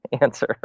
answer